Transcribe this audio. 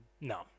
No